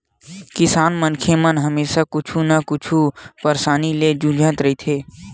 किसान मनखे मन हमेसा कुछु न कुछु परसानी ले जुझत रहिथे